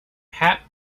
hat